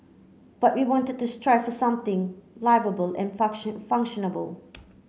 but we wanted to strive for something liveable and function